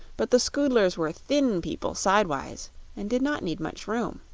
but the scoodlers were thin people sidewise and did not need much room.